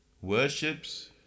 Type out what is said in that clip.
worships